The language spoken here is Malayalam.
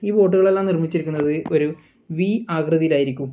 ഈ ബോട്ടുകളെല്ലാം നിർമ്മിച്ചിരിക്കുന്നത് ഒരു വി ആകൃതിയിലായിരിക്കും